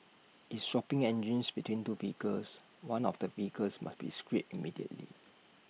if swapping engines between two vehicles one of the vehicles must be scrapped immediately